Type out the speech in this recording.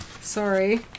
Sorry